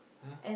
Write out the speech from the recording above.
!huh!